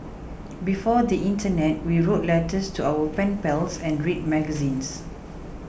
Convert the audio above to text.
before the Internet we wrote letters to our pen pals and read magazines